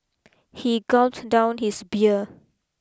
he gulped down his beer